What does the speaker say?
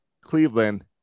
Cleveland